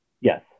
Yes